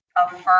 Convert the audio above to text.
affirm